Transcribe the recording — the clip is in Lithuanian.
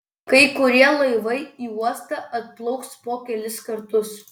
kai kurie laivai į uostą atplauks po kelis kartus